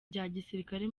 gisirikare